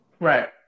right